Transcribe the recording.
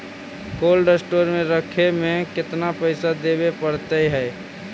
Cold store में रखे में केतना पैसा देवे पड़तै है?